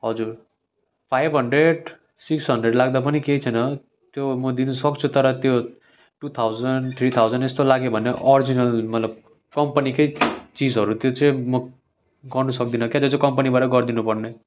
हजुर five hundred six hundred लाग्दा पनि केही छैन त्यो म दिनसक्छु तर त्यो टू थाउजेन्ड थ्री थाउजेन्ड यस्तो लाग्यो भने अर्जिनल मतलब कम्पनीकै चिजहरू त्यो चाहिँ म गर्नु सक्दिनँ के दाजु कम्पनीबाट गर्नुपर्ने